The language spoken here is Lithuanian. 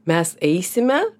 mes eisime